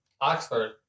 Oxford